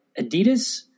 Adidas